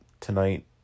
tonight